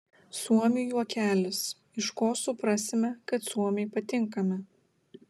suomių juokelis iš ko suprasime kad suomiui patinkame